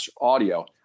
audio